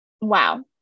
wow